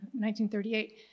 1938